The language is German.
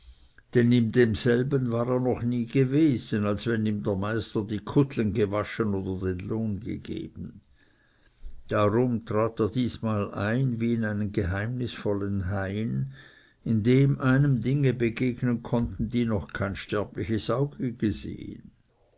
denn in demselben war er noch nie gewesen als wenn ihm der meister die kuttlen gewaschen oder den lohn gegeben darum trat er diesmal ein wie in einen geheimnisvollen hain in dem einem dinge begegnen konnten die noch kein sterbliches auge gesehen